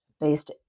based